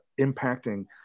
impacting